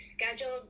schedule